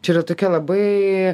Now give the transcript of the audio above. čia yra tokia labai